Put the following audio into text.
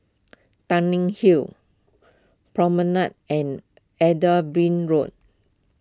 Tanglin Hill Promenade and Edinburgh Road